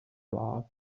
cloth